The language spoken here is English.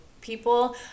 people